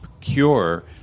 cure